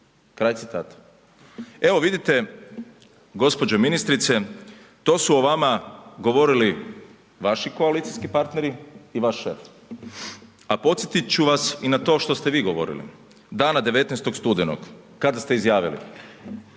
sindikata.“ Evo vidite gđo. ministrice, to su o vama govorili vaši koalicijski partneri i vaš šef a podsjeti ću vas i na to što ste vi govorili dana 19. studenog kada ste izjavili,